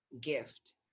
gift